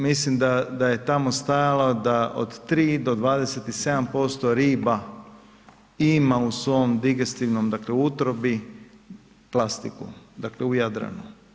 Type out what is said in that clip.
Mislim da je tamo stajalo da od 3 do 27% riba ima u svom digestivnom dakle utrobi plastiku u Jadranu.